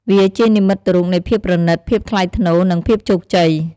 វាជានិមិត្តរូបនៃភាពប្រណីត ភាពថ្លៃថ្នូរ និងភាពជោគជ័យ។